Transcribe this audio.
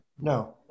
No